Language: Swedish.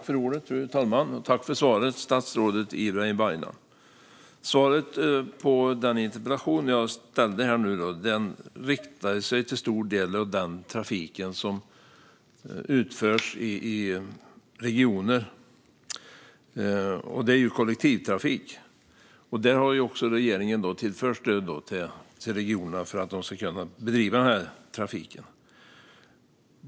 Fru talman! Tack, statsrådet Ibrahim Baylan, för svaret! Svaret på den interpellation jag ställde är till stor del inriktat på den trafik som utförs i regioner, det vill säga kollektivtrafik. Regeringen har tillfört stöd till regionerna för att de ska kunna utföra denna trafik.